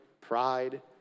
pride